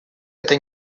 это